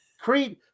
Creed